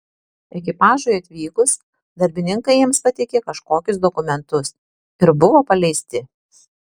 ekipažui atvykus darbininkai jiems pateikė kažkokius dokumentus ir buvo paleisti